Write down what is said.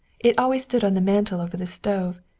it always stood on the mantel over the stove,